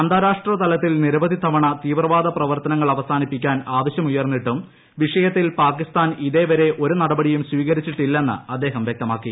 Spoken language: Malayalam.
അന്താരാഷ്ട്ര തലത്തിൽ നിരവ്വധി തവണ തീവ്രവാദ പ്രവർത്തനങ്ങൾ അവസാനിപ്പിക്കാൻ ആവശ്യമുയർന്നിട്ടും വിഷയത്തിൽ പാകിസ്ഥാൻ ഇതേവരെ ഒരുപ്പ് നട്പടിയും സ്വീകരിച്ചിട്ടില്ലെന്ന് അദ്ദേഹം വൃക്തമാക്കി